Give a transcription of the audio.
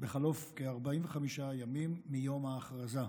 בחלוף כ-45 ימים מיום ההכרזה,